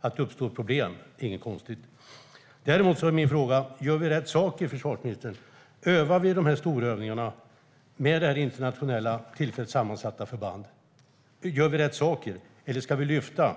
Att det uppstår problem är inte konstigt. Däremot undrar jag, försvarsministern, om vi gör rätt saker när vi har dessa storövningar med internationella, tillfälligt sammansatta förband. Eller ska vi lyfta fram